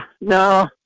no